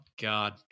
God